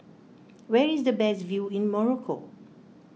where is the best view in Morocco